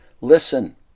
Listen